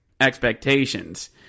expectations